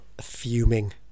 fuming